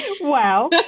Wow